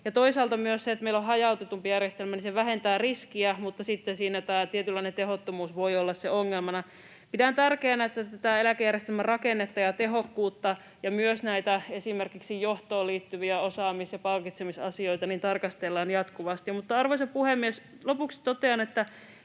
Toisaalta se, että meillä on hajautetumpi järjestelmä, myös vähentää riskiä, mutta sitten siinä voi olla ongelmana tämä tietynlainen tehottomuus. Pidän tärkeänä, että tätä eläkejärjestelmän rakennetta ja tehokkuutta ja myös esimerkiksi näitä johtoon liittyviä osaamis‑ ja palkitsemisasioita tarkastellaan jatkuvasti. Arvoisa puhemies! Lopuksi totean, että